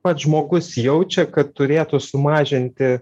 pats žmogus jaučia kad turėtų sumažinti